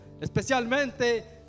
Especialmente